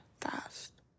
fast